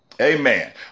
Amen